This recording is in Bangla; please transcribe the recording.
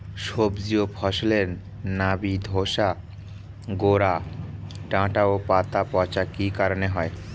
সবজি ও ফসলে নাবি ধসা গোরা ডাঁটা ও পাতা পচা কি কারণে হয়?